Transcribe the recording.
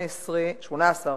נציגים ערבים מתוך 18